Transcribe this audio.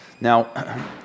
Now